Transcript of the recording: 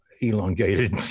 elongated